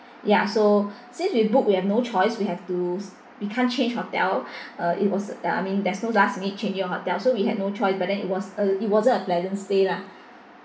ya so since we book we have no choice we have to s~ we can't change hotel uh it was uh I mean there's no last minute changing hotel so we had no choice but then it was uh it wasn't a pleasant stay lah